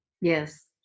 Yes